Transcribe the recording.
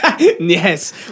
Yes